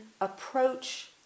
approach